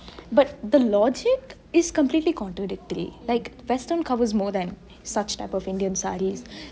but the logic is completely contradictory like western covers more than such types of indian sarees